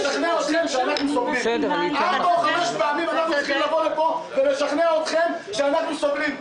שאנחנו ארבע או חמש פעמים צריכים לבוא לפה ולשכנע אתכם שאנחנו סובלים.